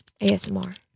ASMR